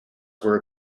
were